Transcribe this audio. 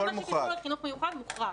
כל מה שקשור לחינוך מיוחד מוחרג.